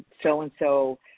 so-and-so